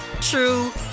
true